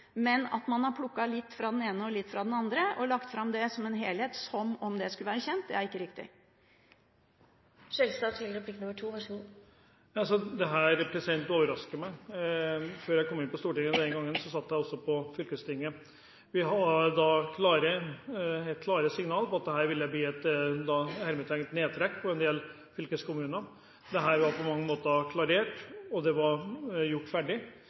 man har plukket litt fra den ene og litt fra den andre og lagt det fram som en helhet – som om det skulle være kjent – det er ikke riktig. Dette overrasker meg. Før jeg kom inn på Stortinget, satt jeg også i fylkestinget. Vi hadde da fått helt klare signaler om at det ville bli et «nedtrekk» når det gjaldt fylkeskommuner. Dette var på mange måter klarert, og det var gjort ferdig.